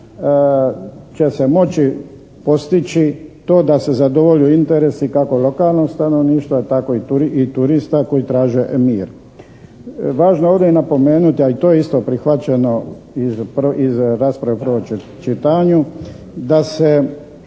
će se moći postići to da se zadovolje interesi kako lokalnog stanovništva tako i turista koji traže mir. Važno je ovdje napomenuti a to je isto prihvaćeno iz rasprave u prvom čitanju da